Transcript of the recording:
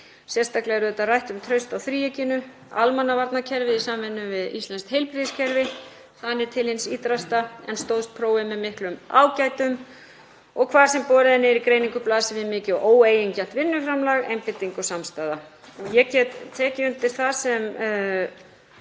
Sérstaklega er rætt um traust á þríeykinu, almannavarnakerfið í samvinnu við íslenskt heilbrigðiskerfi, þanið til hins ýtrasta en stóðst prófið með miklum ágætum. Hvar sem borið er niður í greiningu blasir við mikið og óeigingjarnt vinnuframlag, einbeiting og samstaða. Ég get tekið undir það sem